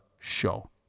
show